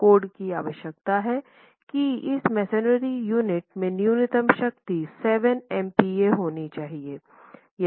code की आवश्यकता है कि इस मेसनरी यूनिट की न्यूनतम शक्ति 7 MPa होनी चाहिए